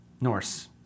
Norse